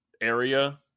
area